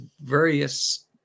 various